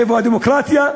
איפה הדמוקרטיה?